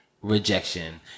rejection